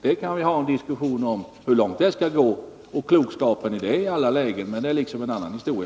Vi kan ha en diskussion om hur långt det skall gå och klokskapen i det i alla lägen, men det är en annan historia.